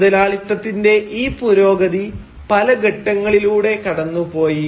മുതലാളിത്തത്തിന്റെ ഈ പുരോഗതി പല ഘട്ടങ്ങളിലൂടെ കടന്നുപോയി